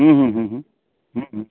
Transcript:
हूँ हूँ हूँ हूँ हूँ हूँ